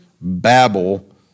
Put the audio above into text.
babble